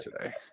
today